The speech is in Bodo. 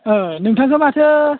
ओ नोंथांखो माथो